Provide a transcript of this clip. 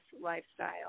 lifestyle